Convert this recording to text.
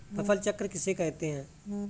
फसल चक्र किसे कहते हैं?